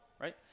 right